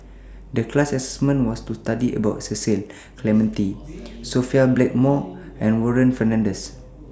The class assignment was to study about Cecil Clementi Sophia Blackmore and Warren Fernandez